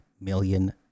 million